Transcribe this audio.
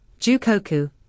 Jukoku